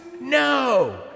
No